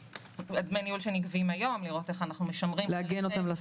מדמי הניהול שנגבים היום לראות איך משמרים אותם בצד.